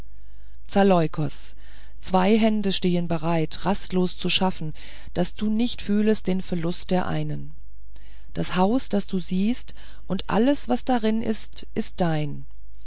zaleukos zwei hände stehen bereit rastlos zu schaffen daß du nicht fühlest den verlust der einen das haus das du siehest und alles was darin ist ist dein